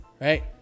Right